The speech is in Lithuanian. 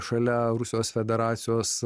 šalia rusijos federacijos